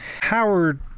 Howard